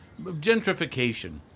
Gentrification